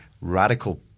radical